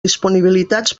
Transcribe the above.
disponibilitats